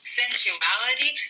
sensuality